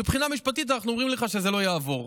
מבחינה משפטית, אנחנו אומרים לך שזה לא יעבור.